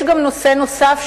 נושא נוסף,